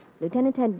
lieutenant